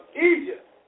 Egypt